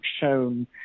shown